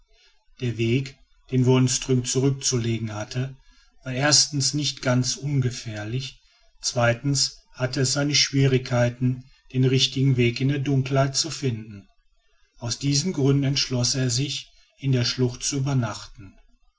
der weg den wonström zurückzulegen hatte war erstens nicht ganz ungefährlich zweitens hatte es seine schwierigkeit den richtigen weg in der dunkelheit zu finden aus diesen gründen entschloß er sich in der schlucht zu übernachten